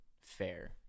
fair